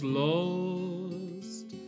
lost